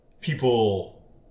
people